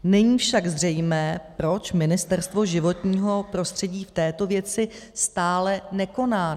Není však zřejmé, proč Ministerstvo životního prostředí v této věci stále nekoná.